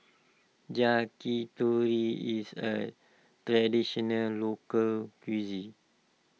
Yakitori is a Traditional Local Cuisine